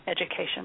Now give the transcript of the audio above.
education